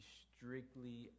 strictly